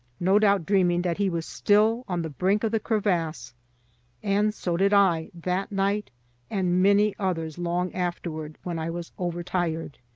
no doubt dreaming that he was still on the brink of the crevasse and so did i, that night and many others long afterward, when i was overtired.